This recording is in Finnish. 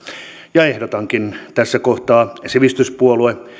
ja ehdotankin tässä kohtaa sivistyspuolue